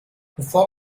bevor